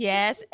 Yes